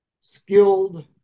skilled